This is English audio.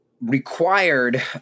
required